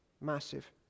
massive